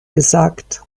gesagt